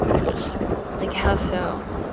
yes like, how so?